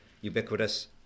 ubiquitous